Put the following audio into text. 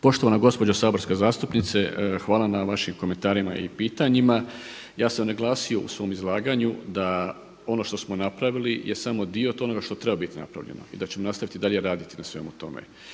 Poštovana gospođo saborska zastupnice, hvala na vašim komentarima i pitanjima. Ja sam naglasio u svom izlaganju da ono što smo napravili je samo dio onoga što treba biti napravljeno i da ćemo nastaviti dalje raditi na svemu tome.